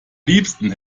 liebsten